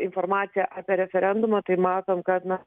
informacija apie referendumą tai matom kad na